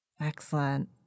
Excellent